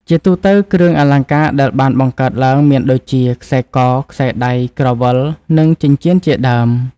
ជាទូទៅគ្រឿងអលង្ការដែលបានបង្កើតឡើងមានដូចជា ខ្សែក ខ្សែដៃ ក្រវិល និងចិញ្ចៀនជាដើម។